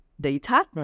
data